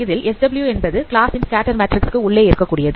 இதில் Sw என்பது class ன் ஸ்கேட்டர் மேட்ரிக்ஸ் க்கு உள்ளே இருக்கக்கூடியது